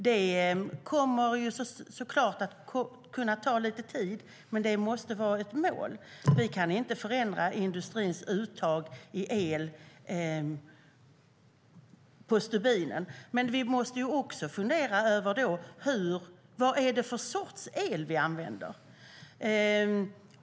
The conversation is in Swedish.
Det kommer såklart att ta lite tid, men det måste vara ett mål. Vi kan inte förändra industrins uttag av el på stubinen, men vi måste fundera över vilken sorts el vi använder.